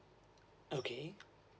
okay